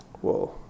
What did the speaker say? Whoa